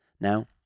Now